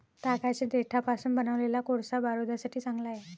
तागाच्या देठापासून बनवलेला कोळसा बारूदासाठी चांगला आहे